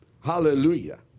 Hallelujah